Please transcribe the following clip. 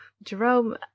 Jerome